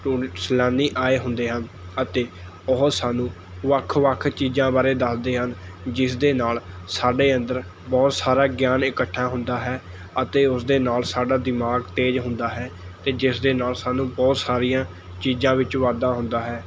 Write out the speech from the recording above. tour ਸੈਲਾਨੀ ਆਏ ਹੁੰਦੇ ਹਨ ਅਤੇ ਉਹ ਸਾਨੂੰ ਵੱਖ ਵੱਖ ਚੀਜ਼ਾਂ ਬਾਰੇ ਦੱਸਦੇ ਹਨ ਜਿਸ ਦੇ ਨਾਲ਼ ਸਾਡੇ ਅੰਦਰ ਬਹੁਤ ਸਾਰਾ ਗਿਆਨ ਇਕੱਠਾ ਹੁੰਦਾ ਹੈ ਅਤੇ ਉਸਦੇ ਨਾਲ਼ ਸਾਡਾ ਦਿਮਾਗ ਤੇਜ਼ ਹੁੰਦਾ ਹੈ ਅਤੇ ਜਿਸ ਦੇ ਨਾਲ਼ ਸਾਨੂੰ ਬਹੁਤ ਸਾਰੀਆਂ ਚੀਜ਼ਾਂ ਵਿੱਚ ਵਾਧਾ ਹੁੰਦਾ ਹੈ